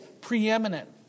preeminent